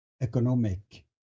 economic